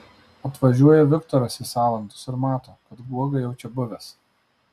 atvažiuoja viktoras į salantus ir mato kad guoga jau čia buvęs